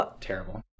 terrible